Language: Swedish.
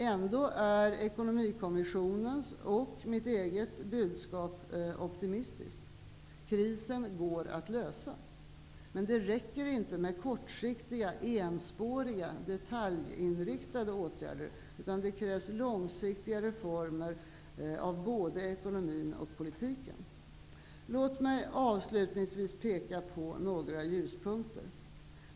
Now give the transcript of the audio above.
Ändå är Ekonomikommissionens och mitt eget budskap optimistiskt. Krisen går att lösa. Men det räcker inte med kortsiktiga enspåriga detaljinriktade åtgärder, utan det krävs långsiktiga reformer av både ekonomin och politiken. Låt mig avslutningsvis peka på några ljuspunkter.